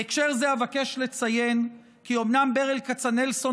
בהקשר זה אבקש לציין כי אומנם ברל כצנלסון